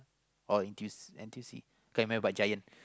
or N_T_U_C N_T_U_C can't remember but Giant